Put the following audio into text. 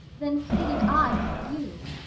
then pleaded i for you.